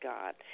God